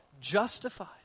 justified